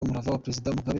mugabe